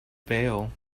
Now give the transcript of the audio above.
bail